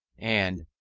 and,